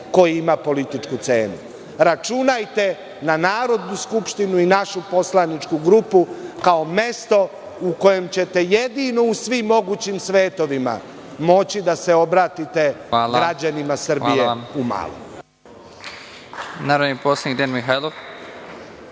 koji ima političku cenu. Računajte na Narodnu skupštinu i našu poslaničku grupu, kao mesto u kojem ćete jedino u svim mogućim svetovima moći da se obratite građanima Srbije. **Nebojša Stefanović** Reč ima